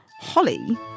holly